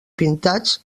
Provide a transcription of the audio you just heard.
pintats